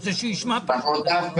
אנחנו לא ת"פ